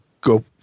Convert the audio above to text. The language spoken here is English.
go